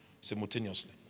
simultaneously